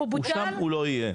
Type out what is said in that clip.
שם הוא לא יהיה.